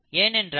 ஏனென்றால்